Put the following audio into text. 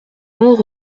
mots